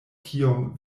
kiom